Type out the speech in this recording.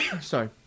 Sorry